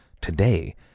Today